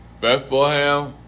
Bethlehem